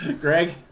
Greg